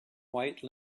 white